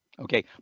Okay